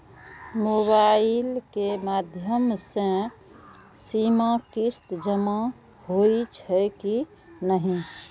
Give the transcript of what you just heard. Mobile के माध्यम से सीमा किस्त जमा होई छै कि नहिं?